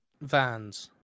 Vans